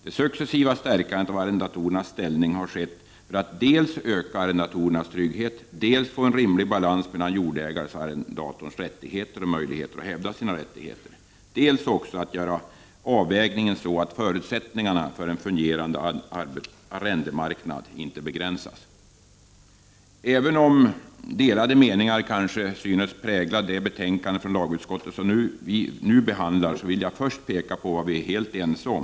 Det successiva stärkandet av arrendatorernas ställning har skett för att dels öka arrendatorernas trygghet, dels få en rimlig balans mellan jordägares och arrendatorns rättigheter och möjligheter att hävda sin rättigheter, dels för att göra en sådan avvägning att förutsättningarna för en fungerande arrendemarknad inte begränsas. Även om delade meningar kanske synes prägla det betänkande från lagutskottet som vi nu behandlar vill jag först peka på vad vi är helt ense om.